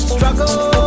Struggle